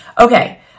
Okay